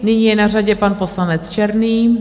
Nyní je na řadě pan poslanec Černý.